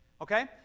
Okay